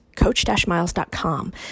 Coach-Miles.com